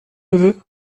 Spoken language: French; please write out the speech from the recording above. neveu